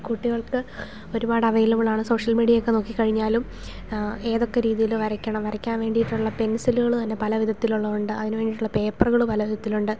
കുട്ടികൾക്ക് ഒരുപാട് അവൈലബിളാണ് സോഷ്യൽ മീഡിയയൊക്കെ നോക്കിക്കഴിഞ്ഞാലും ഏതൊക്കെ രീതിയിൽ വരയ്ക്കണം വരയ്ക്കാൻ വേണ്ടിയിട്ടുള്ള പെൻസിലുകൾ തന്നെ പല വിധത്തിലുള്ള ഉണ്ട് അതിനു വേണ്ടിയിട്ടുള്ള പേപ്പറുകൾ പല വിധത്തിലുണ്ട്